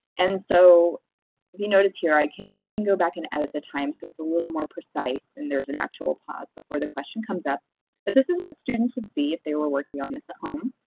and so you notice here i can i can go back and edit the time so it's a little more precise and there's an actual pause before the question comes up. but this is what students would see if they were working on this at home.